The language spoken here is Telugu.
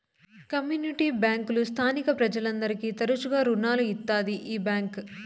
కమ్యూనిటీ బ్యాంకులు స్థానిక ప్రజలందరికీ తరచుగా రుణాలు ఇత్తాది ఈ బ్యాంక్